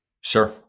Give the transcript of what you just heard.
Sure